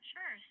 Sure